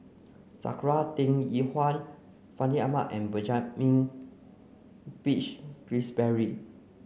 Sakura Teng Ying Hua Fandi Ahmad and Benjamin Peach Keasberry